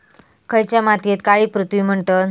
खयच्या मातीयेक काळी पृथ्वी म्हणतत?